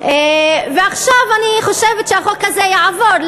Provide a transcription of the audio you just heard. ועכשיו אני חושבת שהחוק הזה יעבור.